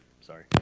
sorry